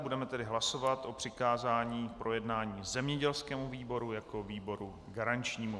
Budeme tedy hlasovat o přikázání k projednání zemědělskému výboru jako výboru garančnímu.